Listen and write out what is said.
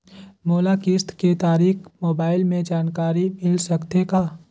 मोला किस्त के तारिक मोबाइल मे जानकारी मिल सकथे का?